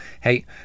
hey